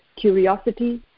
curiosity